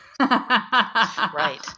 Right